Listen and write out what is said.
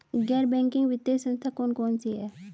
गैर बैंकिंग वित्तीय संस्था कौन कौन सी हैं?